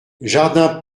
jardin